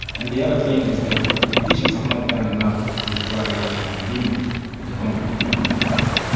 and the other thing is that the politicians have not done enough to try to limit the conflict to a political level.